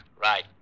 Right